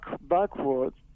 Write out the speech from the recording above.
backwards